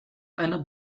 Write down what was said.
eine